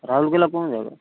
ରାଉରକେଲା କେଉଁ ଜାଗା